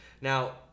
Now